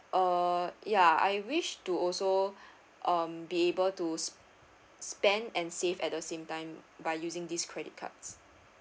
uh ya I wish to also um be able to s~ spend and save at the same time by using this credit card